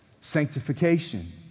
Sanctification